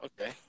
okay